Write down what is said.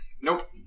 Nope